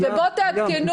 ובו תעדכנו --- קיים.